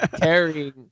carrying